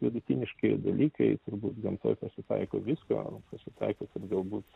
vidutiniški dalykai turbūt gamtoj pasitaiko visko pasitaiko kad galbūt